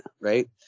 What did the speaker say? right